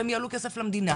הם יעלו כסף למדינה,